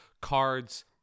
cards